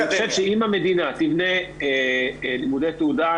אני חושב שאם המדינה תבנה לימודי תעודה,